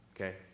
Okay